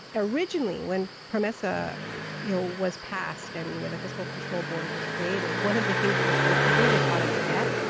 originally, when promesa you know was passed, and and when the fiscal control board was created, one of the things it was supposed to do was audit the debt.